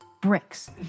bricks